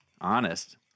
Honest